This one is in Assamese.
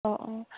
অঁ অঁ